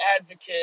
advocate